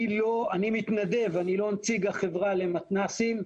אני מתנדב, אני לא נציג החברה למתנ"סים.